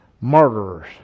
murderers